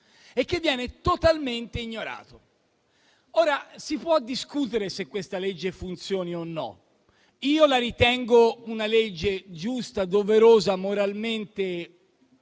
e che viene totalmente ignorato. Si può discutere se questa legge funzioni o meno - io la ritengo una legge giusta, doverosa e moralmente